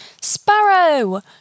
Sparrow